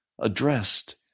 addressed